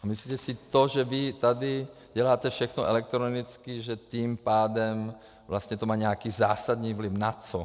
Myslíte si, to, že vy tady děláte všechno elektronicky, že tím pádem vlastně to má nějaký zásadní vliv na co?